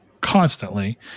constantly